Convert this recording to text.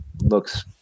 looks